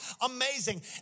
Amazing